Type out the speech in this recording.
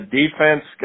defense